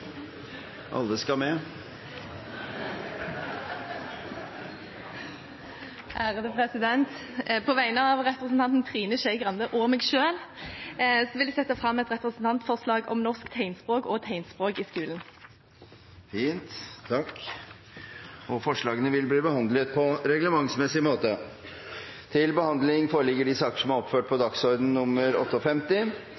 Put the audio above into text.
alle skipstyper innen 2030. Representanten Iselin Nybø vil fremsette et representantforslag. På vegne av representanten Trine Skei Grande og meg selv vil jeg sette fram et representantforslag om å styrke norsk tegnspråk og tegnspråk i skolen. Forslagene vil bli behandlet på reglementsmessig måte. Før sakene på dagens kart tas opp til behandling,